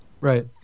Right